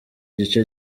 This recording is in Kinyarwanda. gice